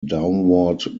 downward